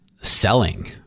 selling